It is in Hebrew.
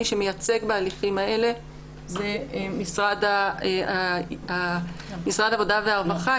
המייצג בהליכים כאלה זה משרד העבודה והרווחה,